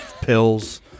pills